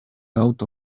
out